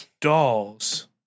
dolls